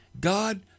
God